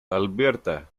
alberta